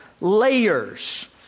layers